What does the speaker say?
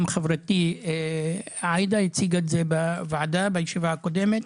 גם חברתי עאידה הציגה את זה בוועדה בישיבה הקודמת.